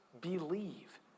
believe